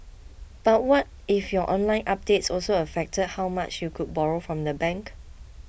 but what if your online updates also affected how much you could borrow from the bank